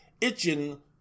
itching